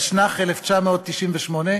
התשנ"ח 1998,